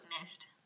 missed